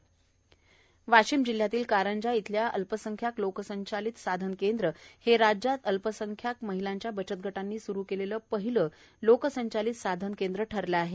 विक्री केंद्र वाशिम जिल्ह्यातील कारंजा येथील अल्पसंख्यांक लोकसंचालित साधन केंद्र हे राज्यात अल्पसंख्यांक महिलांच्या बचतगटांनी स्रु केलेले पहिले लोकसंचालित साधन केंद्र आहे